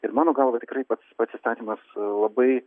ir mano galva tikrai pats pats įstatymas labai